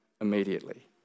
immediately